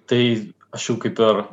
tai aš jau kaip ir